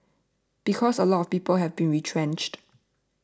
because a lot of people have been retrenched